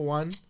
one